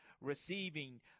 receiving